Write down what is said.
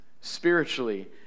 spiritually